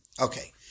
Okay